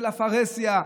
של הפרהסיה,